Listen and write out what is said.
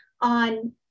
on